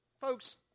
folks